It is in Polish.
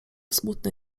smutny